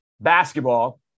basketball